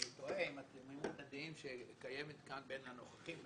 תמימות הדעים שקיימת כאן בין הנוכחים,